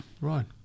Right